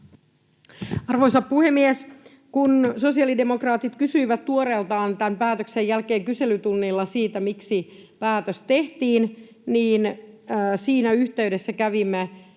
Arvoisa puhemies! Kun sosiaalidemokraatit kysyivät tuoreeltaan tämän päätöksen jälkeen kyselytunnilla siitä, miksi päätös tehtiin, niin siinä yhteydessä kävimme